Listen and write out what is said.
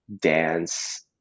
dance